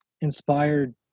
inspired